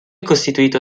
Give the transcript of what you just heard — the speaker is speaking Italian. costituito